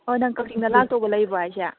ꯑꯣ ꯅꯪ ꯀꯛꯆꯤꯡꯗ ꯂꯥꯛꯇꯧꯕ ꯂꯩꯕ꯭ꯔꯣ ꯍꯥꯏꯁꯦ